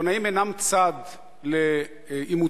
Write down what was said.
עיתונאים אינם צד לעימותים,